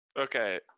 Okay